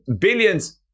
billions